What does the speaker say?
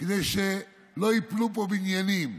כדי שלא ייפלו פה בניינים.